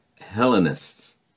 Hellenists